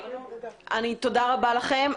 תודה רבה לכם.